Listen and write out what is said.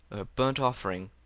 burnt offering,